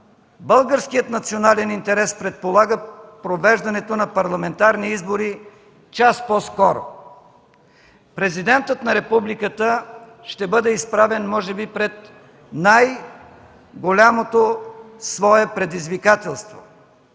българският национален интерес предполага провеждането на парламентарни избори час по-скоро. Президентът на републиката може би ще бъде изправен пред най-голямото свое предизвикателство